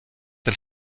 del